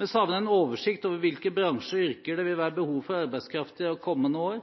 Vi savner en oversikt over hvilke bransjer og yrker det vil være behov for arbeidskraft i de kommende år,